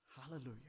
Hallelujah